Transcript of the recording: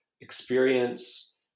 experience